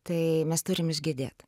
tai mes turim išgedėt